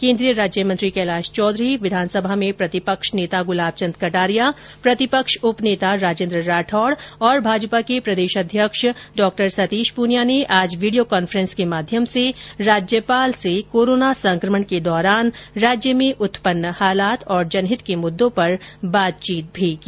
केन्द्रीय राज्यमंत्री कैलाश चौधरी विधानसभा में प्रतिपक्ष नेता गुलाबचंद कटारिया प्रतिपक्ष उपनेता राजेन्द्र राठौड और भाजपा के प्रदेश अध्यक्ष सतीश पूनिया ने आज वीडियो क्रांफेन्स के माध्यम से राज्यपाल कलराज मिश्र से कोरोना संक्रमण के दौरान राज्य में उत्पन्न हालात और जनहित के मुद्दों पर बातचीत भी की